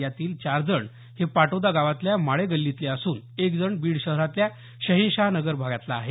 यातील चार जण हे पाटोदा गावातल्या माळेगल्लीतले असून एक जण बीड शहरातल्या शहेनशाह नगर भागातला आहे